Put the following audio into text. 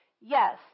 Yes